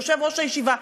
יושב-ראש הישיבה,